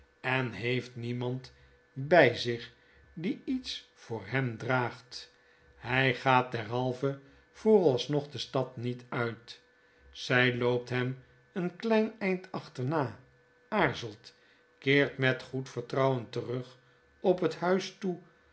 en heeft niemand by zich die iets voor hem draagt hij gaat derhalve vooralsnog de stad niet uit zy loopt hem een klein eind achterna aarzelt keert met goed vertrouwen terug op het huis toe